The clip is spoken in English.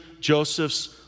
Joseph's